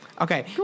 Okay